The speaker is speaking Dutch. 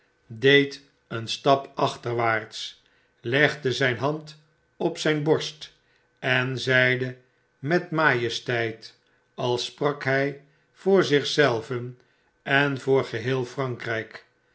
deed een stap aehterwaarts legde zyn hand op zyn borst en zeide met majesteit als sprak hy voor zich zelven en voor geheel frankryk